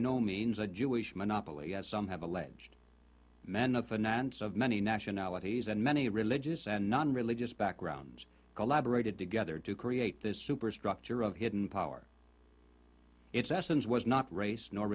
no means a jewish monopoly as some have alleged men of finance of many nationalities and many religious and non religious backgrounds collaborated together to create this superstructure of hidden power its essence was not race nor